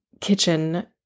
kitchen